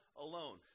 alone